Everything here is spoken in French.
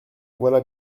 voilà